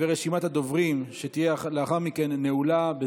רשימת הדוברים שתהיה לאחר מכן נעולה.